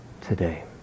today